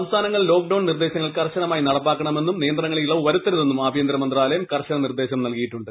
സംസ്ഥാനങ്ങൾ ലോക്ഡൌൺ കർശനമായി നടപ്പാക്കണമെന്നും നിയന്ത്രണങ്ങളിൽ ഇളവ് വരുത്തരുതെന്നും ആഭ്യന്തരമന്ത്രാലയം കർശന നിർദ്ദേശം നൽകിയിട്ടുണ്ട്